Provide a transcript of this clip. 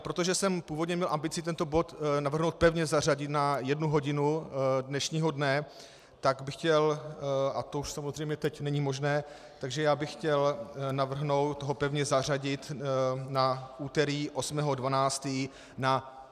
Protože jsem původně měl ambici tento bod navrhnout pevně zařadit na jednu hodinu dnešního dne, tak bych chtěl, a to už samozřejmě teď není možné, takže já bych chtěl navrhnout ho pevně zařadit na úterý 8. 12. na 17 hodin.